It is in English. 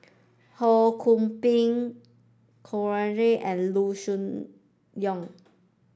Ho Kwon Ping Kanwaljit and Loo Choon Yong